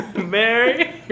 Mary